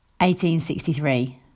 1863